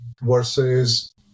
versus